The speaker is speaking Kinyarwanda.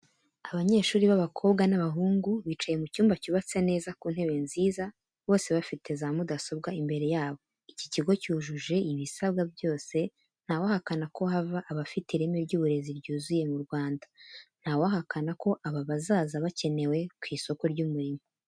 Abanyeshuri b'abakobwa n'abahungu bicaye mu cyumba cyubatse neza ku ntebe nziza bose bafite za mudasobwa imbere yabo. Iki kigo cyujuje ibisabwa byose ntawahakana ko hava abafite ireme ry'uburezi ryuzuye mu Rwanda. Ntawahakana ko aba bazaza bakenewe ku isoko ry'umurimo.